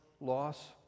loss